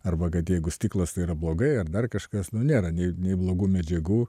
arba kad jeigu stiklas tai yra blogai ar dar kažkas nu nėra nei nei blogų medžiagų